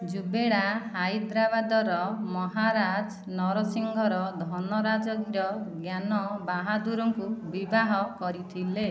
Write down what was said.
ଜୁବେଡ଼ା ହାଇଦ୍ରାବାଦର ମହାରାଜ ନରସିଙ୍ଗିର ଧନ ରାଜଗିର ଜ୍ଞାନ ବାହାଦୁରଙ୍କୁ ବିବାହ କରିଥିଲେ